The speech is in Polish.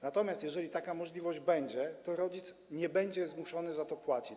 Natomiast jeżeli taka możliwość będzie, to rodzic nie będzie zmuszony za to płacić.